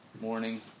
morning